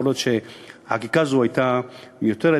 יכול להיות שהחקיקה הזאת הייתה מיותרת.